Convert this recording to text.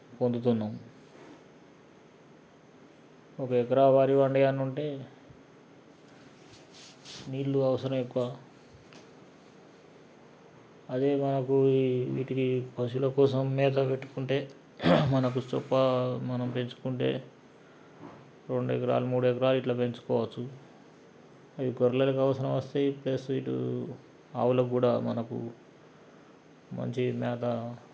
పొందుతున్నాము ఒక ఎకరా వరి పండించాలంటే నీళ్ళు అవసరం ఎక్కువ అదే మనకు ఈ వీటికి పశువుల కోసం మేత పెట్టుకుంటే మనకు సొప్ప మనం పెంచుకుంటే రెండు ఎకరాలు మూడు ఎకరాలు ఇట్లా పెంచుకోవచ్చు ఈ గోర్రేలకి అవసరం వస్తాయి ప్లస్ వీళ్ళు ఆవులకి కూడా మనకు మంచి మేత